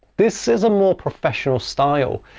this is a more professional style,